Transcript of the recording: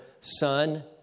son